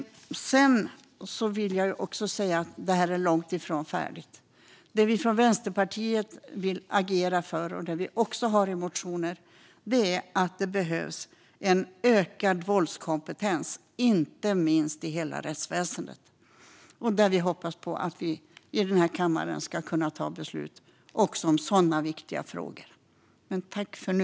Jag vill också säga att detta är långt ifrån färdigt. Det vi från Vänsterpartiets sida vill agera för - och vi har tagit upp i motioner att det behövs - är en ökad våldskompetens inte minst i hela rättsväsendet. Vi hoppas på att det ska kunna tas beslut också om sådana viktiga frågor i denna kammare.